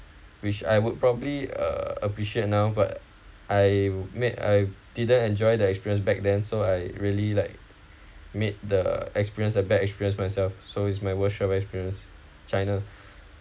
which I would probably uh appreciate now but I made I didn't enjoy the experience back then so I really like made the experience a bad experience myself so it's my worst travel experience china